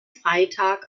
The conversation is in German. freitag